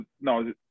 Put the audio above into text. no